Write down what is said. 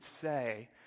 say